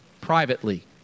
privately